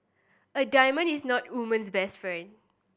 a diamond is not a woman's best friend